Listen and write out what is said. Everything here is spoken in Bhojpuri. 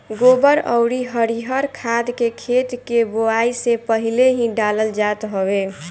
गोबर अउरी हरिहर खाद के खेत के बोआई से पहिले ही डालल जात हवे